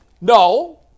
No